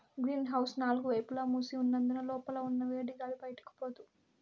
green house నాలుగు వైపులా మూసి ఉన్నందున లోపల ఉన్న వేడిగాలి బయటికి పోదు